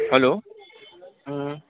hello